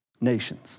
nations